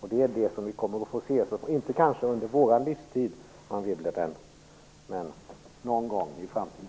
och det är detta vi kommer att få se, kanske inte under vår livstid, Anne Wibble, men någon gång i framtiden.